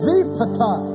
Vipata